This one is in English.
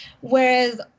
whereas